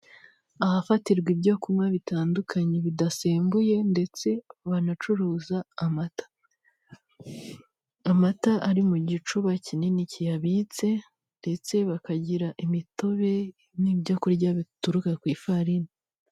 Ahafatirwa ibyo kunywa bitandukanye bidasembuye ndetse banacuruza amata. Amata ari mu gicuba kinini kiyabitse, ndetse bakagira imitobe, n'ibyo kurya bituruka ku ifarini.